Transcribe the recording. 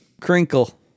Crinkle